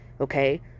Okay